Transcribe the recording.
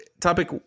topic